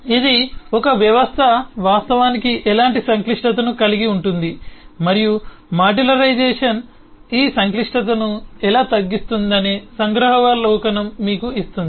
ఇది ఒక వ్యవస్థ వాస్తవానికి ఎలాంటి సంక్లిష్టతను కలిగి ఉంటుంది మరియు మాడ్యులరైజేషన్ ఈ సంక్లిష్టతను ఎలా తగ్గిస్తుందనే సంగ్రహావలోకనం మీకు ఇస్తుంది